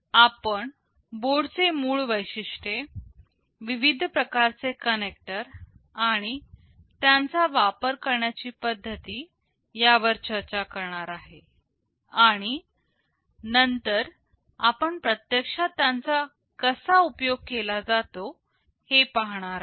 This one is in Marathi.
आपण बोर्डचे मूळ वैशिष्ट्ये विविध प्रकारचे कनेक्टर आणि त्यांचा वापर करण्याच्या पद्धती यावर चर्चा करणार आहे आणि नंतर आपण प्रत्यक्षात त्यांचा कसा उपयोग केला जातो ते पाहणार आहे